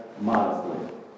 modestly